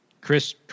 Chris